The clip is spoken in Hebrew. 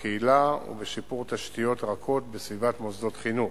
בקהילה ובשיפור תשתיות רכות בסביבות מוסדות חינוך.